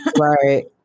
Right